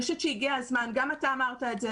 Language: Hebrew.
אני חושבת שהגיע הזמן גם אתה אמרת את זה,